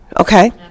Okay